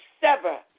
sever